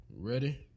Ready